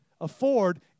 afford